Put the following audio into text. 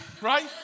right